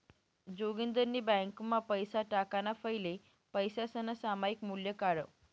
जोगिंदरनी ब्यांकमा पैसा टाकाणा फैले पैसासनं सामायिक मूल्य काढं